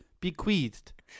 bequeathed